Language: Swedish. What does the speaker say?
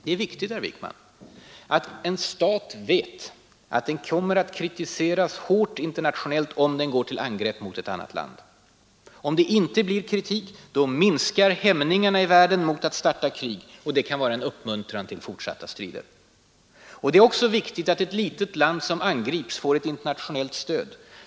Det är viktigt att en stat vet att den kommer att kritiseras hårt internationellt om den går till angrepp mot ett annat land. Om det inte blir kritik minskar hämningarna i världen mot att starta krig, och det kan vara en uppmuntran till fortsatta strider. Det är också viktigt att ett litet land som angrips får ett internationellt stöd.